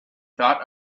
thought